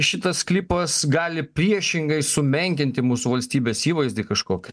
šitas klipas gali priešingai sumenkinti mūsų valstybės įvaizdį kažkokį